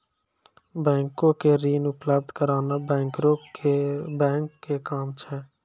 बैंको के ऋण उपलब्ध कराना बैंकरो के बैंक के काम छै